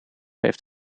heeft